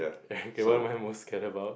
kay what am I most scare about